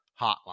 hotline